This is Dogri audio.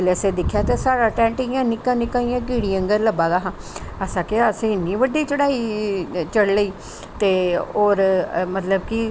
जिसले असें दिक्खेआ ते साढ़ा टैंट इयां निक्का सारा इयां कीड़ी आंङगर लब्भा दा हा असें आखेआ आसें इन्नी बड्डी चढ़ाई चढ़ी लेई और मतलब कि